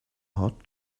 hot